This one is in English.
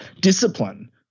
discipline